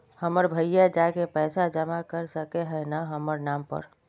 हमर भैया जाके पैसा जमा कर सके है न हमर नाम पर?